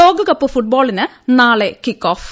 ലോകകപ്പ് ഫുട്ബോളിന് നാളെ കിക്ക് ഓഫ്